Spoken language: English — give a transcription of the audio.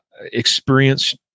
experience